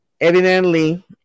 Evidently